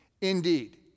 indeed